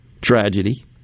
tragedy